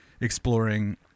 exploring